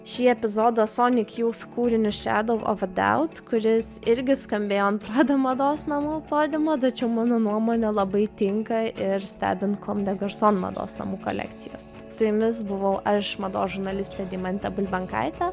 šį epizodą sonik jūt kūriniu šedau of a daut kuris irgi skambėjo ant prada mados namų podiumo tačiau mano nuomone labai tinka ir stebint kom de garson mados namų kolekcijas su jumis buvau aš mados žurnalistė deimantė bulbenkaitė